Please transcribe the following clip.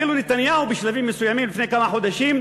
אפילו נתניהו, בשלבים מסוימים, לפני כמה חודשים,